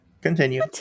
continue